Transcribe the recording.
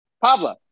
Pablo